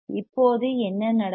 இப்போது என்ன நடக்கும்